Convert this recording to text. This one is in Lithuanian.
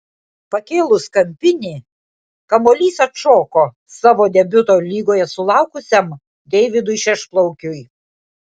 pakėlus kampinį kamuolys atšoko savo debiuto lygoje sulaukusiam deividui šešplaukiui